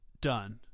done